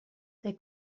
they